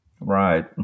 Right